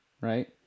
right